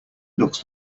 looks